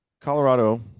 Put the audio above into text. Colorado